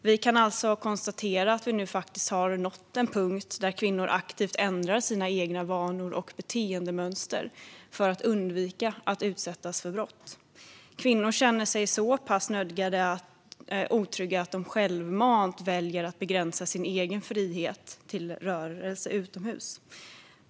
Vi kan alltså konstatera att vi nu har nått en punkt där kvinnor aktivt ändrar sina egna vanor och beteendemönster för att undvika att utsättas för brott. Kvinnor känner sig så pass otrygga att de självmant väljer att begränsa sin egen frihet till rörelse utomhus.